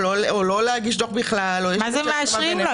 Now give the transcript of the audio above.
או לא להגיש את הדו"ח בכלל --- מה זה "מאשרים לו"?